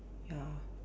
ya